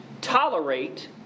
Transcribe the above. tolerate